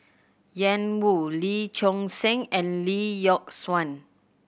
Ian Woo Lee Choon Seng and Lee Yock Suan